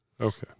Okay